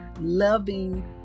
loving